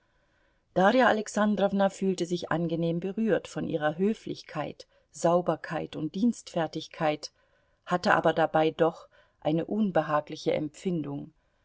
darja alexandrowna fühlte sich angenehm berührt von ihrer höflichkeit sauberkeit und dienstfertigkeit hatte aber dabei doch eine unbehagliche empfindung